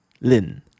lin